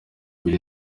ibiri